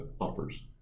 offers